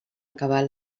acabar